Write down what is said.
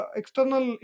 external